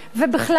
ובכלל,